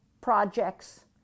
projects